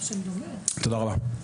תודה רבה.